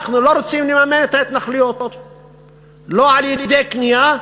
אנחנו לא רוצים לממן את ההתנחלויות על-ידי קנייה,